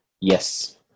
Yes